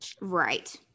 Right